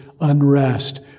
unrest